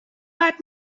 بعد